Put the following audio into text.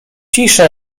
cisza